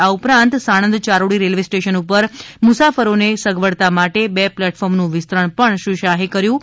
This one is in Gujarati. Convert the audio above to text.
આ ઉપંરાત સાણંદ ચારોડી રેલ્વે સ્ટેશન પર મુસાફરોનો સગવડતા માટે બે પ્લેટફોર્મનું વિસ્તરણ પણ શ્રી શાહે કર્યુ